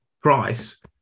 price